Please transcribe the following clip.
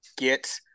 Get